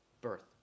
birth